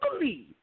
believe